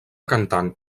cantant